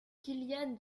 kilian